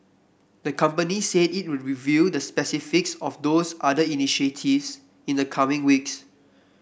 the company said it would reveal the specifics of those other initiatives in the coming weeks